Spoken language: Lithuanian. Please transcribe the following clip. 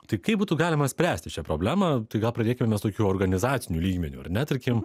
tai kaip būtų galima spręsti šią problemą tai gal pradėkime mes tokiu organizaciniu lygmeniu ar ne tarkim